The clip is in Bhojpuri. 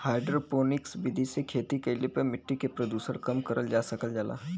हाइड्रोपोनिक्स विधि से खेती कईले पे मट्टी के प्रदूषण कम करल जा सकल जाला